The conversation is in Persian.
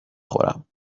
خورم